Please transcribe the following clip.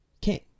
king